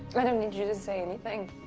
i don't need you to say anything.